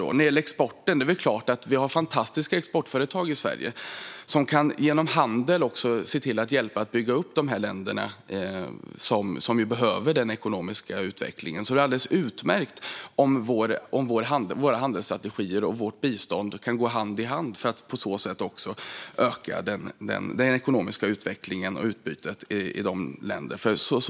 När det gäller exporten har vi fantastiska exportföretag i Sverige, och de kan genom handel hjälpa till att bygga upp de länder som behöver den ekonomiska utvecklingen. Det är alltså alldeles utmärkt om våra handelsstrategier och vårt bistånd kan gå hand i hand och på så sätt öka den ekonomiska utvecklingen och utbytet i dessa länder.